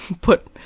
put